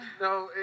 No